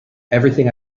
everything